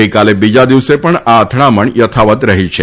ગઇકાલે બીજા દિવસે પણ આ અથડામણ યથાવત રહી છે